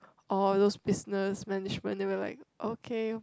all of those business management then we're like okay